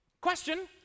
Question